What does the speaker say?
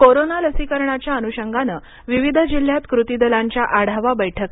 corona लसीकरणाच्या अनूषंगानं विविध जिल्ह्यांत कृतीदलांच्या आढावा बैठका